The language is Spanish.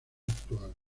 actuales